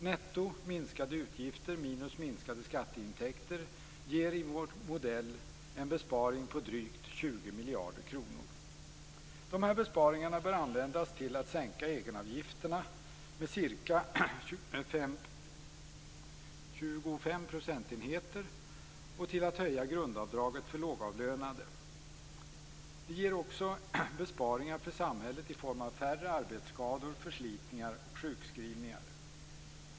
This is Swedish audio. Netto - minskade utgifter minus minskade skatteintäkter - ger i vår modell en besparing på drygt 20 De här besparingarna bör användas till att sänka egenavgifterna med ca 25 procentenheter och till att höja grundavdraget för lågavlönade. Det ger också besparingar för samhället i form av färre arbetsskador, förslitningar och sjukskrivningar.